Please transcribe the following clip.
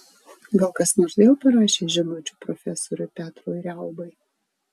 gal kas nors vėl parašė žinučių profesoriui petrui riaubai